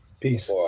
Peace